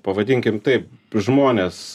pavadinkim tai žmonės